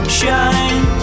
shine